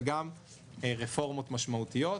וגם רפורמות משמעותיות.